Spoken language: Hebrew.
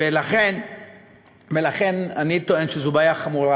ולכן אני טוען שזו בעיה חמורה.